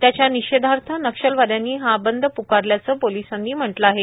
त्याच्या निषेधार्थ नक्षलवाद्यांनी हा बंद प्रकारल्याचं पोलिसांनी म्हटलं आहे